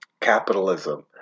capitalism